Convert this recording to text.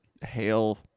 hail